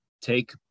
take